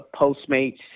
Postmates